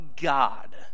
God